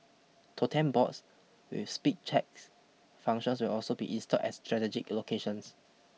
totem boards with speed checks functions will also be installed at strategic locations